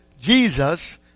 Jesus